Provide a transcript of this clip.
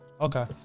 Okay